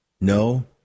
No